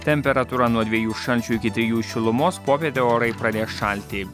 temperatūra nuo dviejų šalčio iki trijų šilumos popietę orai pradės šalti